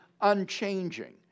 unchanging